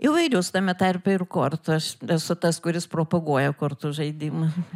įvairius tame tarpe ir kortos esu tas kuris propaguoja kortų žaidimą